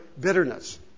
bitterness